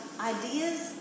Ideas